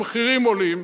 המחירים עולים,